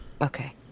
Okay